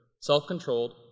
self-controlled